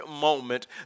moment